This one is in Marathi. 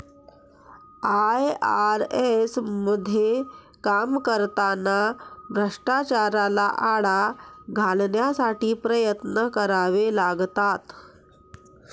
आय.आर.एस मध्ये काम करताना भ्रष्टाचाराला आळा घालण्यासाठी प्रयत्न करावे लागतात